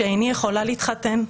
שאיני יכולה להתחתן,